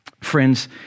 Friends